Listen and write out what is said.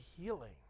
healing